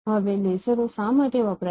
હવે લેસરો શા માટે વપરાય છે